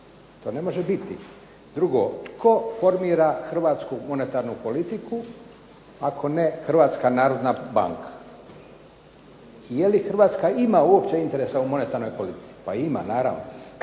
to ne može biti. Drugo, tko formira hrvatsku monetarnu politiku ako ne Hrvatska narodna banka. Je li Hrvatska ima uopće interesa u monetarnoj politici? Pa ima, naravno.